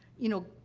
you know,